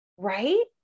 right